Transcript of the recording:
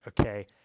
okay